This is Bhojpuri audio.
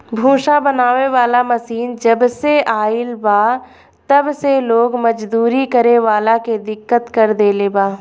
भूसा बनावे वाला मशीन जबसे आईल बा तब से लोग मजदूरी करे वाला के दिक्कत कर देले बा